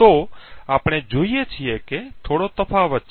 તો આપણે જોઈએ છીએ કે થોડો તફાવત છે